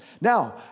Now